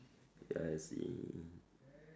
ya I see